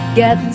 get